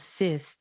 assist